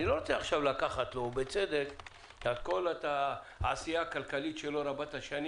אני לא רוצה עכשיו לקחת את כל העשייה הכלכלית רבת השנים